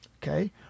Okay